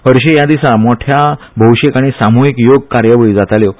हरशीं हया दिसा मोठ्यो भौशीक आनी सामूहीक योग कार्यावळी जाताल्यो